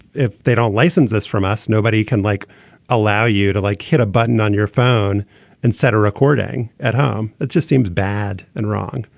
if they don't license us from us nobody can like allow you to like hit a button on your phone and set a recording at home it just seems bad and wrong.